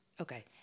Okay